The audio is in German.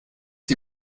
die